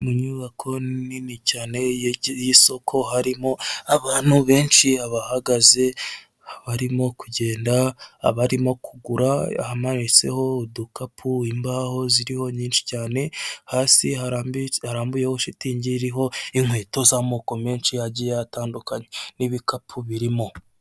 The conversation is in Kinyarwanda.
Mu nyubako nini cyane y'isoko harimo abantu benshi abahagaze, abarimo kugenda, abarimo kugura ahamanitseho udukapu, imbaho ziriho nyinshi cyane, hasi harambuyeho shitingi iriho n'inkweto z'amoko menshi yagiye atandukanye n'ibikapu birimo.